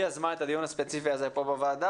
היא יזמה את הדיון הספציפי הזה פה בוועדה,